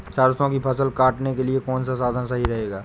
सरसो की फसल काटने के लिए कौन सा साधन सही रहेगा?